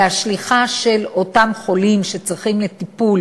והיום המימון של המדינה לשליחת אותם חולים שצריכים טיפול